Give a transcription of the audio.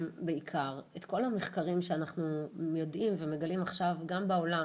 בעיקר את כל המחקרים שאנחנו יודעים ומגלים עכשיו גם בעולם,